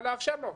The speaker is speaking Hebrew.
לאפשר לו,